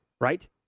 right